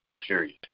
period